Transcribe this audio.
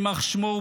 יימח שמו,